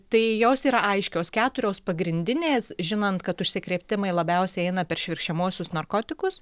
tai jos yra aiškios keturios pagrindinės žinant kad užsikrėtimai labiausiai eina per švirkščiamuosius narkotikus